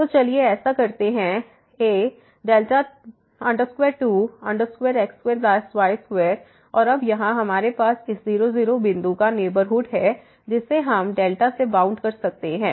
तो चलिए ऐसा करते हैं A 2x2y2 और अब यहां हमारे पास इस 0 0 बिंदु का नेबरहुड है जिसे हम से बाउंड कर सकते हैं